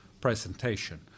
presentation